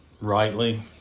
rightly